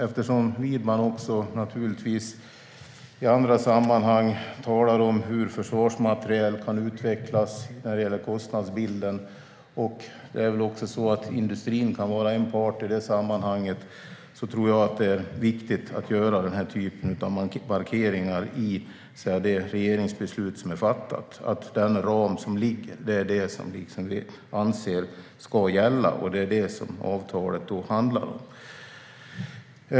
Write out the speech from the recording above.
Eftersom Widman i andra sammanhang talar om hur försvarsmateriel kan utvecklas när det gäller kostnadsbilden - och det är väl också så att industrin kan vara en part i det sammanhanget - tror jag att det är viktigt att den här typen av markeringar gjorts i det regeringsbeslut som fattats. Den ram som ligger är den som vi anser ska gälla, och det är det som avtalet handlar om.